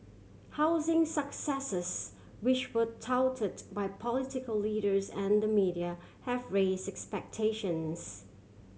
housing successes which were touted by political leaders and the media have raise expectations